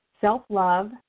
self-love